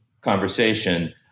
conversation